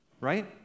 Right